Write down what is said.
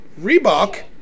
Reebok